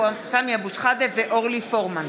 התקבלה בקריאה השלישית ונכנסה לספר החוקים.